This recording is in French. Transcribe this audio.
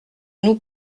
nous